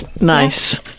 Nice